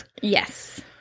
Yes